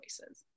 voices